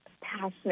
passionate